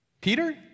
Peter